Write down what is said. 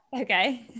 Okay